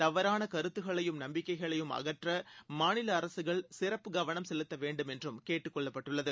தவறான கருத்துக்களையும் நம்பிக்கைகளையும் அகற்ற மாநில அரசுகள் சிறப்பு கவனம் செலுத்த வேண்டும் என்றும் கேட்டுக் கொள்ளப்பட்டுள்ளது